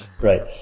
right